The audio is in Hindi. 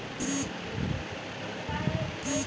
अपने संकीर्ण अर्थ में नकदी प्रवाह एक भुगतान है